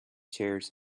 chairs